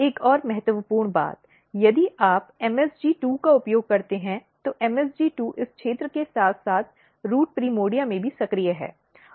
एक और महत्वपूर्ण बात यदि आप MSG2 का उपयोग करते हैं तो MSG2 इस क्षेत्र के साथ साथ रूट प्राइमर्डिया में भी सक्रिय है